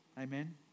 Amen